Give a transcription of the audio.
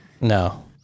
no